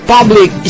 Public